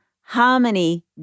harmony